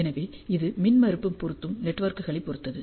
எனவே இது மின்மறுப்பு பொருந்தும் நெட்வொர்க்குகளைப் பொறுத்தது